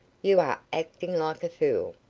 you are acting like a fool!